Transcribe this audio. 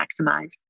maximized